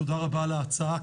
תודה רבה על ההצעה.